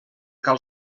cal